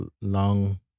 long